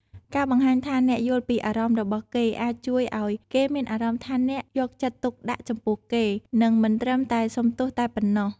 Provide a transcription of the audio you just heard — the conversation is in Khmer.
ការបង្ហាញថាអ្នកយល់ពីអារម្មណ៍របស់គេ អាចជួយឱ្យគេមានអារម្មណ៍ថាអ្នកយកចិត្តទុកដាក់ចំពោះគេ និងមិនត្រឹមតែសុំទោសតែប៉ុណ្ណោះ។